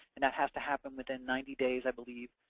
and that has to happen within ninety days, i believe.